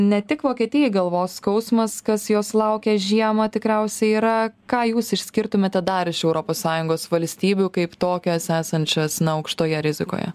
ne tik vokietijai galvos skausmas kas jos laukia žiemą tikriausiai yra ką jūs išskirtumėte dar iš europos sąjungos valstybių kaip tokias esančias na aukštoje rizikoje